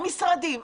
המשרדים.